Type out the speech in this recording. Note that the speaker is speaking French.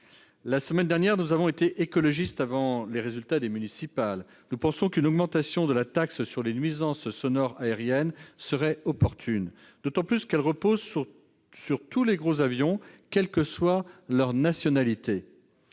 sans jeu de mots. Nous avons donc été écologistes avant le résultat des élections municipales ; nous pensons qu'une augmentation de la taxe sur les nuisances sonores aériennes serait opportune, d'autant plus qu'elle repose sur tous les gros avions, quelle que soit leur nationalité.